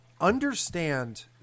understand